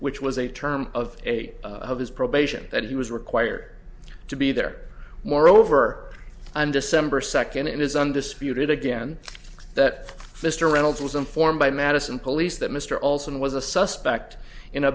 which was a term of eight of his probation that he was required to be there more over and december second it is undisputed again that mr reynolds was informed by madison police that mr olsen was a suspect in a